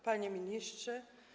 Panie Ministrze!